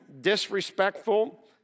disrespectful